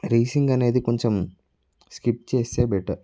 racing అనేది కొంచెం skip చేస్తే బెటర్